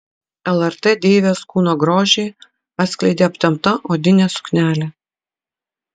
lrt deivės kūno grožį atskleidė aptempta odinė suknelė